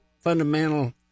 fundamental